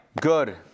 good